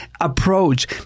approach